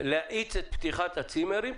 להאיץ את פתיחת הצימרים,